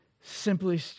simply